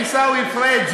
עיסאווי פריג'.